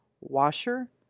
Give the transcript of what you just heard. washer